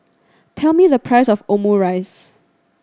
tell me the price of Omurice